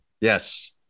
Yes